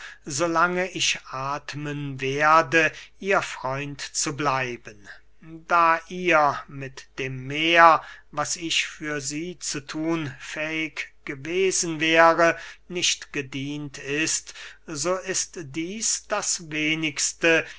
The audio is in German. lange ich athmen werde ihr freund zu bleiben da ihr mit dem mehr was ich für sie zu thun fähig gewesen wäre nicht gedient ist so ist dieß das wenigste